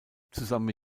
zusammen